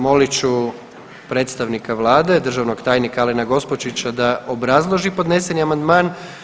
Molim ću predstavnika Vlade državnog tajnika Alena Gospočića da obrazloži podneseni amandman.